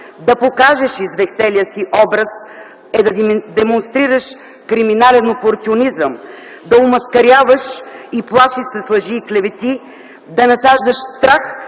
да покажеш извехтелия си образ, е да демонстрираш криминален опортюнизъм, да омаскаряваш и плашиш с лъжи и клевети, да насаждаш страх